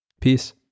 Peace